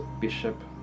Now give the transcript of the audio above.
bishop